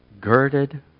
girded